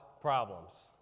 problems